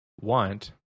want